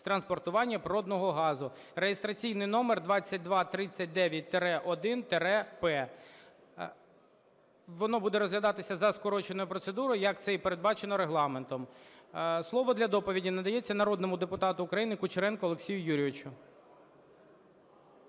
транспортування природного газу" (реєстраційний номер 2239-1-П). Воно буде розглядатися за скороченою процедурою, як це й передбачено Регламентом. Слово для доповіді надається народному депутату України Кучеренку Олексію Юрійовичу.